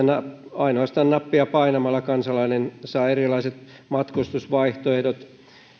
ainoastaan nappia painamalla kansalainen saa erilaiset matkustusvaihtoehdot